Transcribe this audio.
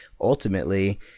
ultimately